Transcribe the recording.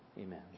Amen